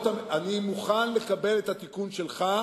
אני מוכן לקבל את התיקון שלך,